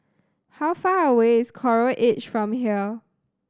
how far away is Coral Edge from here